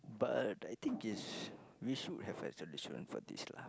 but I think is we should have resolution for this lah